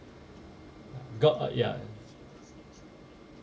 got uh ya